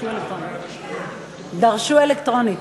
דרשו אלקטרונית.